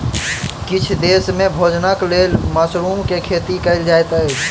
किछ देस में भोजनक लेल मशरुम के खेती कयल जाइत अछि